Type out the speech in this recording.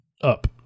up